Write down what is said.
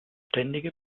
ständige